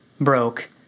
broke